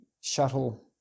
shuttle